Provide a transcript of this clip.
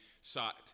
sought